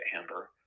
Amber